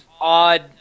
odd